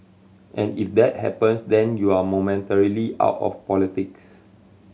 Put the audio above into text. and if that happens then you're momentarily out of politics